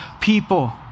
people